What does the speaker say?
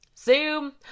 zoom